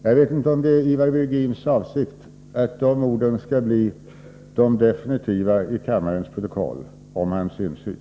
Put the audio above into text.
Jag vet inte om det är Ivar Virgins avsikt att de orden skall bli de definitiva i kammarens protokoll när det gäller hans insyn.